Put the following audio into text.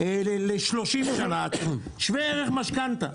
ל-30 שנה, שווה ערך משכנתה.